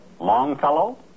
Longfellow